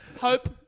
Hope